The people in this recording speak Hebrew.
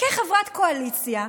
כחברת קואליציה,